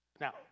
Now